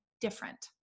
different